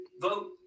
vote